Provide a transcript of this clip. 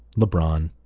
lebron,